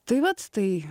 tai vat tai